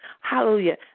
Hallelujah